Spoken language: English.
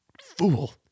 Fool